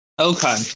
okay